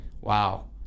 wow